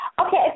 Okay